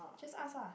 just ask lah